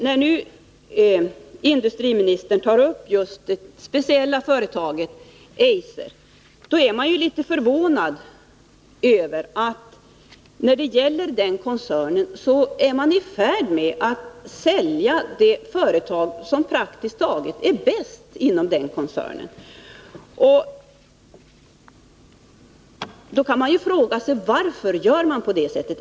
När nu industriministern tar upp det speciella företaget Eiser, blir jag litet förvånad, när man just i fråga om den koncernen är i färd med att sälja det företag som praktiskt taget är bäst inom den koncernen. Man kan då fråga sig varför det går till på det sättet.